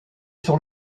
sur